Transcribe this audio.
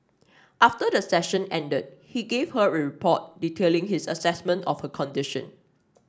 after the session ended he gave her a report detailing his assessment of her condition